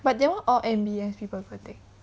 but that [one] all N_B_S people will take